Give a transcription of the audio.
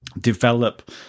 develop